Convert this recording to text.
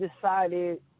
decided